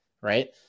right